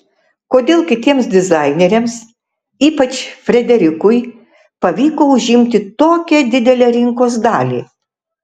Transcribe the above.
kodėl kitiems dizaineriams ypač frederikui pavyko užimti tokią didelę rinkos dalį